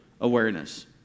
awareness